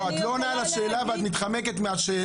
לא, את לא עונה על השאלה ואת מתחמקת מהשאלה.